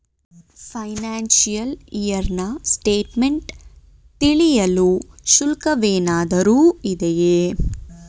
Financial year ನ statement ತಿಳಿಯಲು ಶುಲ್ಕವೇನಾದರೂ ಇದೆಯೇ?